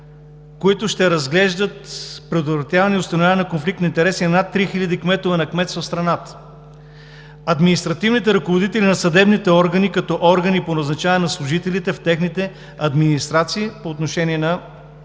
които ще разглеждат предотвратяването и установяването на конфликт на интереси на над 3000 кметове на кметства в страната. Административните ръководители на съдебните органи са органи по назначаване на служителите в техните администрации, по отношение на